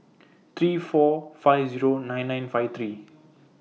three four five Zero nine nine five three